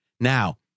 Now